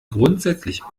grundsätzlich